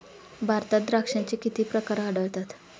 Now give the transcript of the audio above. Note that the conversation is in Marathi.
भारतात द्राक्षांचे किती प्रकार आढळतात?